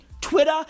Twitter